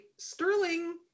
sterling